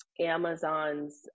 Amazon's